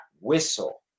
whistle